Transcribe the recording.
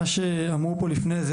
אני רוצה להתייחס למה שאמרו כאן לפני כן,